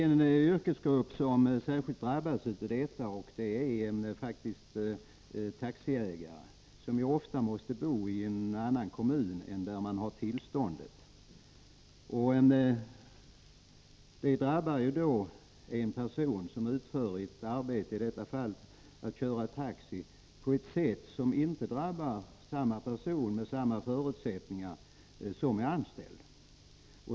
En yrkesgrupp som särskilt drabbas av detta är taxiägare, som ofta bor i en annan kommun än den där de har trafiktillståndet. Reglerna drabbar då en person som utför ett arbete, i detta fall att köra taxi, på ett annat sätt än en person med samma förutsättningar som är anställd.